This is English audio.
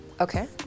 Okay